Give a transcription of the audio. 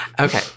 Okay